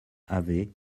avait